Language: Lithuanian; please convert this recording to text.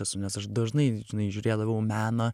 esu nes aš dažnai žinai žiūrėdavau į meną